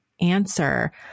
answer